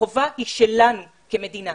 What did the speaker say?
החובה היא שלנו כמדינה.